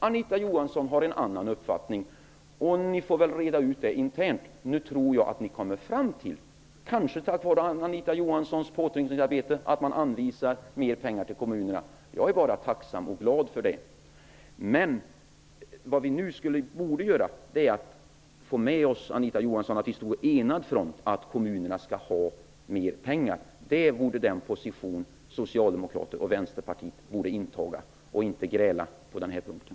Anita Johansson har en annan uppfattning. Ni får väl reda ut det internt. Nu tror jag att ni kommer fram till, kanske tack vara Anita Johanssons påtryckningsarbete, att man bör anvisa mer pengar till kommunerna. Jag är bara tacksam och glad för det. Men det vi nu borde göra, Anita Johansson, är att stå på enad front och kräva att kommunerna skall ha mer pengar. Det är den position som Socialdemokraterna och Vänsterpartiet borde inta och inte gräla på den här punkten.